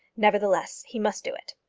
nevertheless, he must do it.